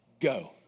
go